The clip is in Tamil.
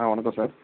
ஆ வணக்கம் சார்